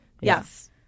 yes